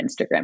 Instagram